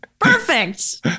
Perfect